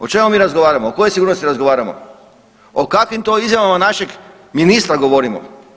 O čemu mi razgovaramo, o kojoj sigurnosti razgovaramo, o kakvim to izjavama našeg ministra govorimo?